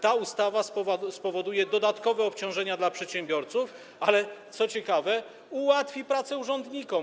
Ta ustawa spowoduje dodatkowe obciążenia dla przedsiębiorców, ale, co ciekawe, ułatwi pracę urzędnikom.